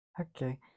Okay